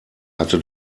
hatte